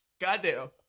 Goddamn